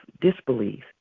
disbelief